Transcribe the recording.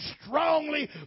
strongly